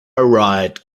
right